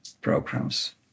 programs